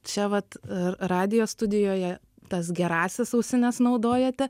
čia vat ir radijo studijoje tas gerąsias ausines naudojate